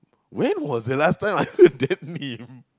when was the last time I've heard that meme